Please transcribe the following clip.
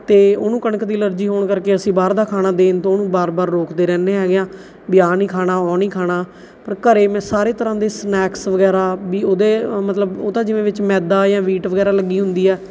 ਅਤੇ ਉਹਨੂੰ ਕਣਕ ਦੀ ਐਲਰਜੀ ਹੋਣ ਕਰਕੇ ਅਸੀ ਬਾਹਰ ਦਾ ਖਾਣਾ ਦੇਣ ਤੋਂ ਉਹਨੂੰ ਵਾਰ ਵਾਰ ਰੋਕਦੇ ਰਹਿੰਦੇ ਹੈਗੇ ਹਾਂ ਵੀ ਆਹ ਨਹੀਂ ਖਾਣਾ ਉਹ ਨਹੀਂ ਖਾਣਾ ਪਰ ਘਰ ਮੈਂ ਸਾਰੇ ਤਰ੍ਹਾਂ ਦੇ ਸਨੈਕਸ ਵਗੈਰਾ ਵੀ ਉਹਦੇ ਮਤਲਬ ਤਾਂ ਜਿਵੇਂ ਵਿੱਚ ਮੈਦਾ ਜਾਂ ਵੀਟ ਵਗੈਰਾ ਲੱਗੀ ਹੁੰਦੀ ਆ